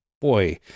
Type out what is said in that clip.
boy